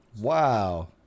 Wow